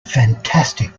fantastic